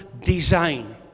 design